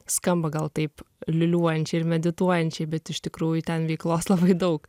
skamba gal taip liūliuojančiai ir medituojančiai bet iš tikrųjų ten veiklos labai daug